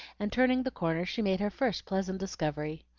and turning the corner she made her first pleasant discovery.